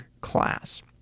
class